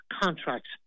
contracts